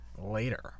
later